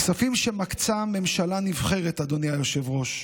כספים שמקצה ממשלה נבחרת, אדוני היושב-ראש,